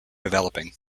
developing